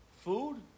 food